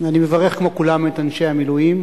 אני מברך, כמו כולם, את אנשי המילואים.